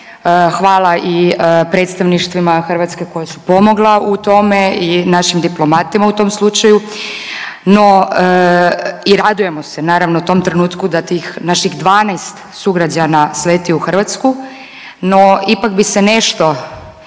Hvala i predstavništvima Hrvatske koja su pomogle u tome i našim diplomatima u tom slučaju. No i radujemo se naravno tom trenutku da tih naših 12 sugrađana sleti u Hrvatsku. No ipak bi se nešto